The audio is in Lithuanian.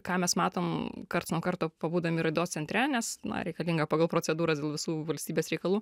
ką mes matom karts nuo karto pabūdami raidos centre nes na reikalinga pagal procedūras dėl visų valstybės reikalų